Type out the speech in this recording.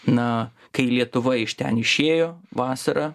na kai lietuva iš ten išėjo vasarą